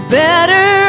better